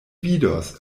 vidos